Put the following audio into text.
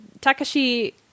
Takashi